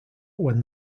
when